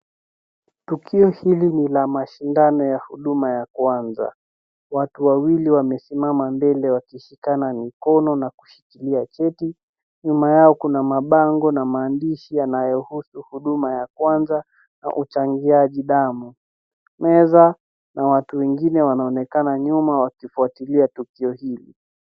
Tukio hili ni la mashindano ya huduma ya kwanza. Watu wawili wamesimama mbele wakishikana mikono na kushikilia cheti. Nyuma yao kuna mabango na maandishi yanayohusu huduma ya kwanza na uchangiaji damu. Meza na watu wengine wanaonekana nyuma wakifuatilia tukio hili.